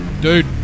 Dude